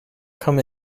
come